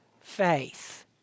faith